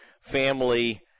family